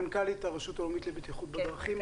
מנכ"לית הרשות הלאומית לבטיחות בדרכים.